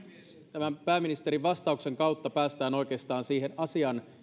tämän pääministerin vastauksen kautta päästään oikeastaan siihen asian